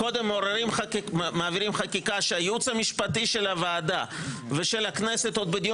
קודם מעבירים חקיקה שהייעוץ המשפטי של החקיקה ושל הכנסת עוד בדיון